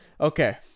Okay